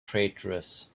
traitorous